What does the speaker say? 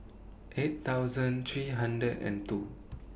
eight thousand three hundred and two